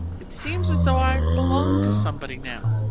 it seems as though i belonged to somebody now,